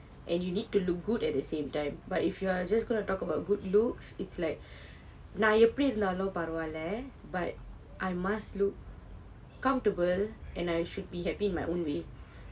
and you need to look good at the same time but if you are just going to talk about good looks it's like நான் எப்படி இருந்தாலும் பரவாயில்லை:naan eppadi irunthaalum paravaayillai but I must look comfortable and I should be happy in my own way